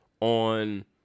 on